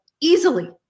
easily